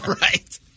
Right